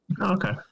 Okay